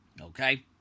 okay